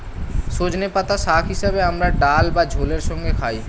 সজনের পাতা শাক হিসেবে আমরা ডাল বা ঝোলের সঙ্গে খাই